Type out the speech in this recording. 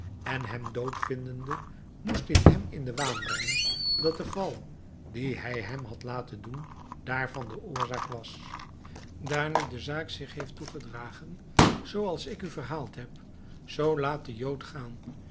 en hem dood vindende moest dit hem in den waan brengen dat de val dien hij hem had laten doen daarvan de oorzaak was daar nu de zaak zich heeft toegedragen zoo als ik u verhaald heb zoo laat den jood gaan